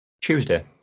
Tuesday